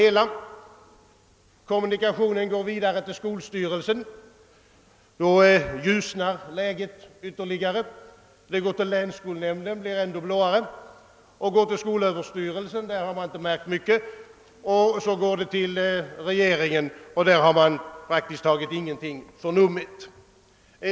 Sedan går kommunikationen vidare till skolstyrelsen, och då förtunnas den ytterligare. Därefter går den till länsskolnämnden och blir ännu mer ljusblå, därpå till skolöverstyrelsen, där man inte har märkt mycket, och slutligen till regeringen, där man praktiskt taget ingenting har förnummit.